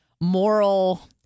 moral